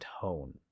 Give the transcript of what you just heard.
tone